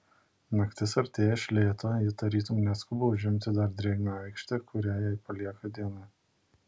naktis artėja iš lėto ji tarytum neskuba užimti dar drėgną aikštę kurią jai palieka diena